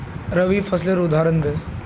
रवि फसलेर उदहारण दे?